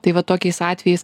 tai va tokiais atvejais